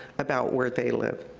about where they live.